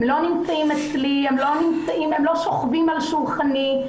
הם לא נמצאים אצלי ולא נמצאים על שולחני.